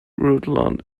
rutland